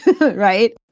right